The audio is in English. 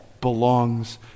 belongs